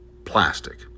Plastic